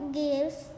gives